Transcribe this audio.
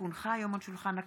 כי הונחה היום על שולחן הכנסת,